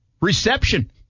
Reception